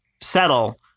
settle